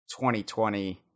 2020